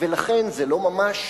ולכן, זו לא ממש